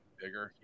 bigger